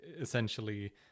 essentially